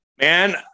Man